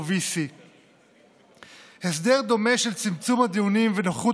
או VC. הסדר דומה של צמצום הדיונים בנוכחות